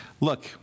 Look